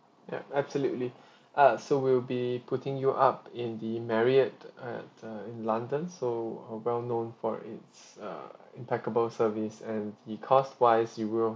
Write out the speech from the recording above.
ya absolutely uh so we'll be putting you up in the marriott at uh in london so uh well known for its uh impeccable service and the cost wise you will